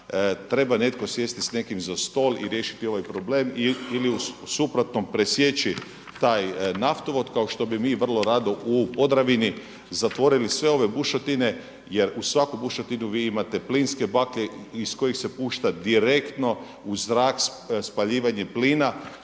Treba neko sjesti s nekim za stol i riješiti ovaj problem ili u suprotnom presjeći taj naftovod kao što bi mi vrlo rado u Podravini zatvorili sve ove bušotine jer u svaku bušotinu vi imate plinske baklje iz kojih se pušta direktno u zrak spaljivanje plina.